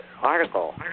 article